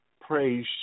Praise